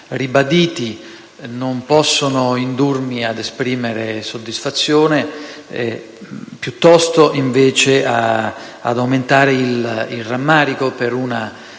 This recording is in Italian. non possono indurmi ad esprimere soddisfazione quanto - piuttosto - ad aumentare il rammarico per una